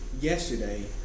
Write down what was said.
yesterday